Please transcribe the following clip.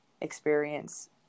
experience